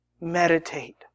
meditate